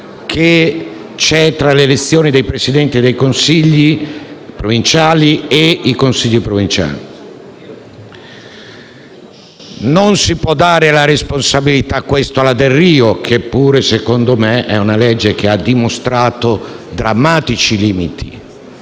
che c'è tra le elezioni dei presidenti dei Consigli provinciali e i Consigli provinciali. Non si può dare la responsabilità di questo alla legge Delrio, che pure secondo me è una legge che ha dimostrato drammatici limiti.